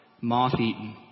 moth-eaten